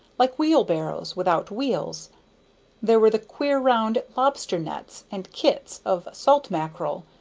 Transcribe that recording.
like wheelbarrows without wheels there were the queer round lobster-nets, and kits of salt mackerel,